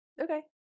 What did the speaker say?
Okay